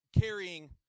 carrying